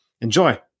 enjoy